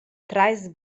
treis